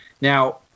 Now